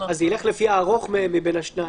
אז זה ילך לפי הארוך מבין השניים.